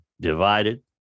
Divided